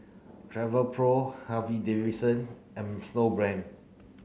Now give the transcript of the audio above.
Travelpro Harley Davidson and Snowbrand